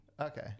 okay